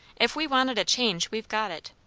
if we wanted a change, we've got it.